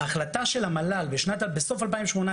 ההחלטה של המל"ל בסוף 2018,